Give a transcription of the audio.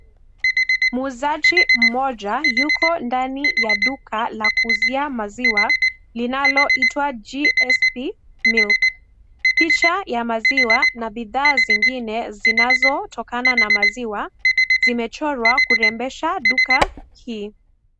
Muuzaji mmoja yuko ndani ya duka la kuuzia maziwa linaloitwa GSP Milk picha ya maziwa na bidhaa zingine zinazotokana na maziwa zimechorwa kurembesha duka hii.